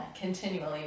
continually